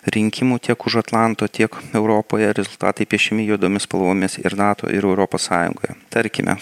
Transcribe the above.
rinkimų tiek už atlanto tiek europoje rezultatai piešiami juodomis spalvomis ir nato ir europos sąjungoje tarkime